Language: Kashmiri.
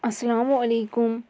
اَسَلامُ علیکُم